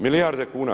Milijarde kuna.